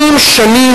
שנים,